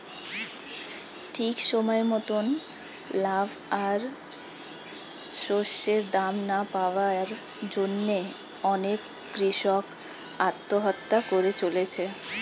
ঠিক সময় মতন লাভ আর শস্যের দাম না পাওয়ার জন্যে অনেক কূষক আত্মহত্যা করে চলেছে